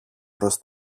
προς